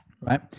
right